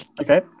Okay